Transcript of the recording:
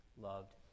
loved